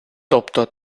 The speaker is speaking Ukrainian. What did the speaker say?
тобто